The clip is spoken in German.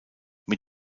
mit